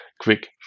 quick